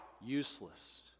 useless